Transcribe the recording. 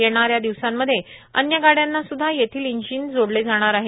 येणाऱ्या दिवसांमध्ये अन्य गाइयांनासुद्धा येथील इंजिन जोडले जाणार आहे